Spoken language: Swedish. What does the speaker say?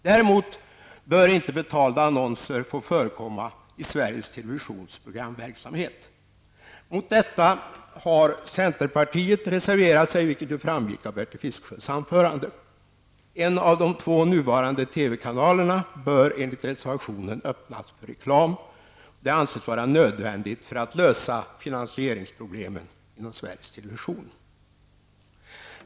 Däremot bör inte betalda annonser få förekomma i Sveriges Televisions programverksamhet. Mot detta har centerpartiet reserverat sig, vilket ju framgick av Bertil Fiskesjös anförande. En av de två nuvarande TV-kanalerna bör enligt reservationen öppnas för reklam. Det anses vara nödvändigt för att lösa finansieringsproblemen inom Sveriges Television.